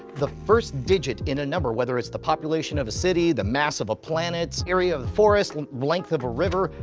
the first digit in a number, whether it's the population of a city, the mass of a planet, area of a forest, length of a river,